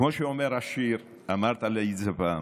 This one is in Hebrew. כמו שאומר השיר, אמרת לי את זה פעם: